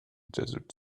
desert